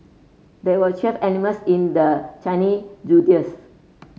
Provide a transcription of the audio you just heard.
there were twelve animals in the Chinese Zodiacs